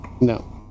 No